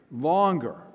longer